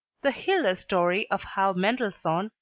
the hiller story of how mendelssohn,